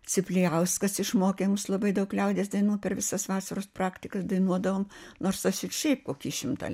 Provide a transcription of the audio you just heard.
ciplijauskas išmokė mus labai daug liaudies dainų per visas vasaros praktikas dainuodavom nors aš ir šiaip kokį šimtą